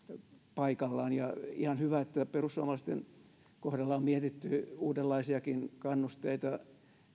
paikallaan ja ihan hyvä että perussuomalaisten kohdalla on mietitty uudenlaisiakin kannusteita